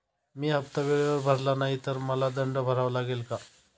मी हफ्ता वेळेवर भरला नाही तर मला दंड भरावा लागेल का?